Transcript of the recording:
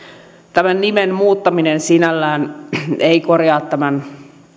tämän nimen muuttaminen sinällään ei korjaa tämän